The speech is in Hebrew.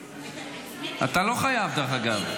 אתה לא חייב, דרך אגב.